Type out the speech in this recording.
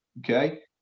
okay